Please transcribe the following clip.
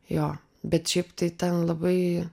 jo bet šiaip tai ten labai